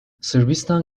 sırbistan